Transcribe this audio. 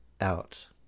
out